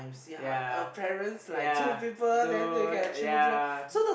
yea yea to yea